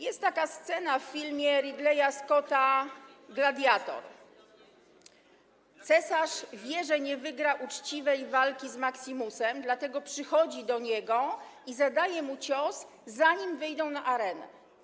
Jest taka scena w filmie Ridleya Scotta „Gladiator”: cesarz wie, że nie wygra uczciwej walki z Maximusem, dlatego przychodzi do niego i zadaje mu cios, zanim wyjdą na arenę.